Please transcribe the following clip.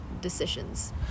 decisions